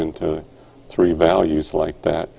into three values like that